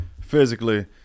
physically